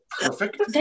perfect